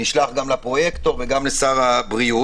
הוא נשלח גם לפרויקטור וגם לשר הבריאות.